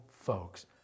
folks